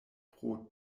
pro